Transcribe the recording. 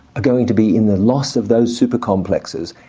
are going to be in the loss of those super complexes,